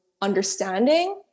understanding